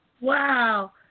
Wow